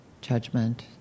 judgment